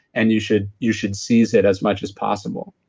and you should you should seize it as much as possible.